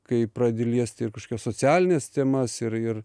kai pradedi liesti ir kažkokias socialines temas ir ir